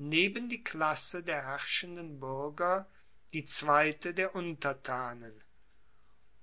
neben die klasse der herrschenden buerger die zweite der untertanen